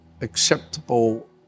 acceptable